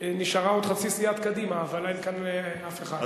נשארה עוד חצי סיעת קדימה, אבל אין כאן אף אחד.